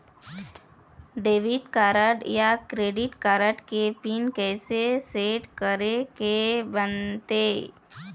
Debit card या credit card के pin कइसे सेट करे के बनते?